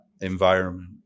environment